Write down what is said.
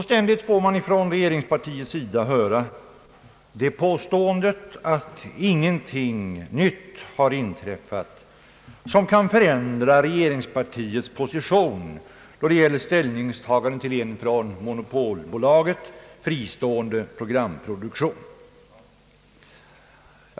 Ständigt får man från regeringspartiets sida höra det påståendet att ingenting nytt har inträffat som kan förändra partiets position då det gäller ställningstagandet till en från monopolbolaget fristående programproduktion.